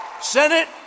Senate